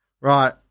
right